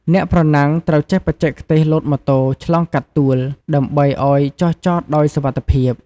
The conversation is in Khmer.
អ្នកប្រណាំងត្រូវចេះបច្ចេកទេសលោតម៉ូតូឆ្លងកាត់ទួល ដើម្បីឲ្យចុះចតដោយសុវត្ថិភាព។